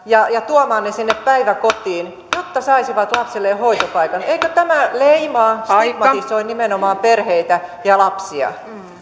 ja ja tuomaan ne sinne päiväkotiin jotta saisivat lapselle hoitopaikan eikö tämä leimaa stigmatisoi nimenomaan perheitä ja lapsia